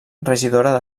regidora